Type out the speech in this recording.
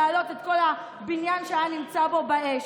לעלות את כל הבניין שהיה נמצא בו באש.